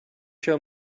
show